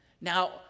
Now